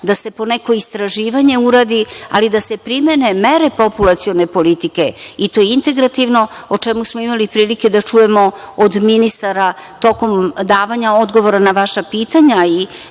da se po neko istraživanje uradi, ali da se primene mere populacione politike i to intergrativno o čemu smo imali prilike da čujemo od ministara tokom davanja odgovora na vaša pitanja i